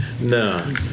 No